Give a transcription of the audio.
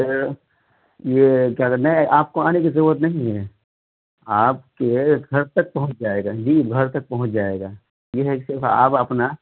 پھر یہ کیا کرنا ہے آپ کو آنے کی ضرورت نہیں ہے آپ کے گھر تک پہنچ جائے گا جی گھر تک پہنچ جائے گا یہ ہے صرف آپ اپنا